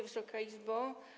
Wysoka Izbo!